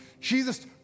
Jesus